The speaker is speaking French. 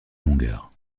longueur